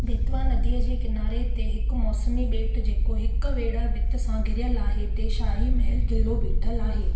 बेतवा नदीअ जे किनारे ते हिकु मौसमी ॿेट जेको हिकु वेड़ह भित सां घिरियल आहे ते शाही महल किलो बीठल आहे